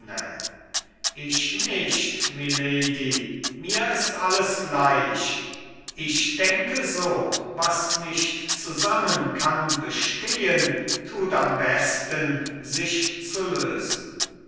ich nicht mylady mir ist alles gleich ich denke so was nicht zusammen kann bestehen tut am besten sich zu lösen